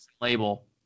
label